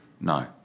No